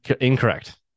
Incorrect